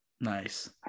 nice